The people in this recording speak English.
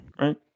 Right